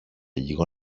λίγο